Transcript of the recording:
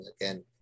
again